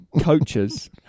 coaches